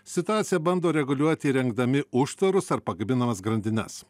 situaciją bando reguliuoti įrengdami užtvarus ar pakabinamas grandines